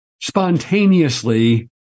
spontaneously